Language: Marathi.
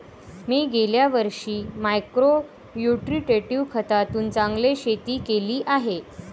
मी गेल्या वर्षी मायक्रो न्युट्रिट्रेटिव्ह खतातून चांगले शेती केली आहे